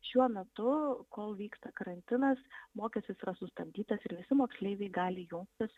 šiuo metu kol vyksta karantinas mokestis yra sustabdytas ir visi moksleiviai gali jungtis